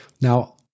Now